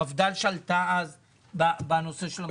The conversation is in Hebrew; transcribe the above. המפד"ל שלטה אז בנושא של המועצות.